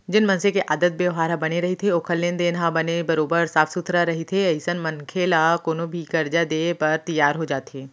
जेन मनसे के आदत बेवहार ह बने रहिथे ओखर लेन देन ह बने बरोबर साफ सुथरा रहिथे अइसन मनखे ल कोनो भी करजा देय बर तियार हो जाथे